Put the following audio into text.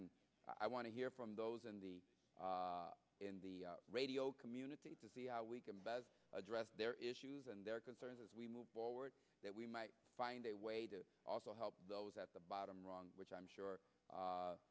and i want to hear from those in the in the radio community we can best address their issues and their concerns as we move forward that we might find a way to also help those at the bottom rung which i'm sure